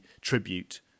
tribute